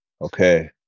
Okay